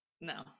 No